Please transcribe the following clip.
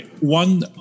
one